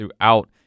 throughout